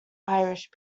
irish